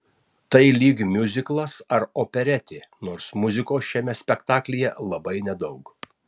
tai lyg miuziklas ar operetė nors muzikos šiame spektaklyje labai nedaug